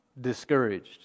discouraged